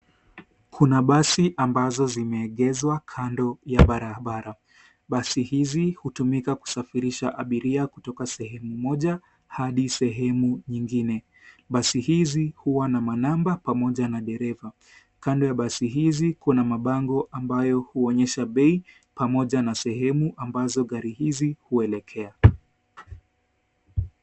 Kuna basi ambazo zimeegezwa kando ya barabara. Basi hizi hutumika kusafirisha abiria kutoka sehemu moja hadi sehemu nyingine. Basi hizi huwa na manamba pamoja na dereva. Kando ya basi hizi kuna mabango ambayo huonyesha bei pamoja na sehemu ambazo gari hizi huelekea.